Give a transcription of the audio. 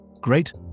Great